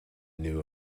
knew